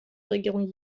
regierung